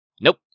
Nope